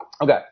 Okay